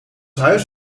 huis